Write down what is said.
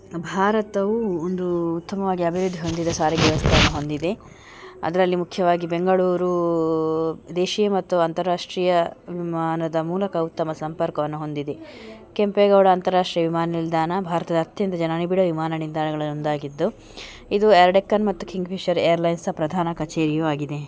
ಭಾರತವು ಒಂದು ಉತ್ತಮವಾಗಿ ಅಭಿವೃದ್ಧಿ ಹೊಂದಿದ ಸಾರಿಗೆ ವ್ಯವಸ್ಥೆಯನ್ನು ಹೊಂದಿದೆ ಅದರಲ್ಲಿ ಮುಖ್ಯವಾಗಿ ಬೆಂಗಳೂರು ದೇಶಿಯ ಮತ್ತು ಅಂತಾರಾಷ್ಟ್ರೀಯ ವಿಮಾನದ ಮೂಲದ ಉತ್ತಮ ಸಂಪರ್ಕವನ್ನು ಹೊಂದಿದೆ ಕೆಂಪೇಗೌಡ ಅಂತರಾಷ್ಟ್ರೀಯ ವಿಮಾನ ನಿಲ್ದಾಣ ಭಾರತದ ಅತ್ಯಂತ ಜನನಿಬಿಡ ವಿಮಾನ ನಿಲ್ದಾಣಗಳಲ್ಲೊಂದಾಗಿದ್ದು ಇದು ಏರ್ಡೆಕ್ಕನ್ ಮತ್ತು ಕಿಂಗ್ಫಿಶರ್ ಏರ್ಲೈನ್ಸ್ ಪ್ರಧಾನ ಕಛೇರಿಯು ಆಗಿದೆ